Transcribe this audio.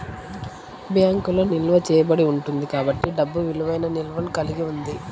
బ్యాంకులో నిల్వ చేయబడి ఉంటుంది కాబట్టి డబ్బు విలువైన నిల్వను కలిగి ఉంది